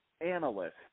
analyst